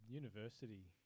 university